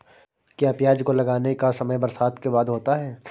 क्या प्याज को लगाने का समय बरसात के बाद होता है?